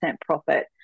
profit